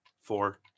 four